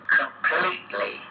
completely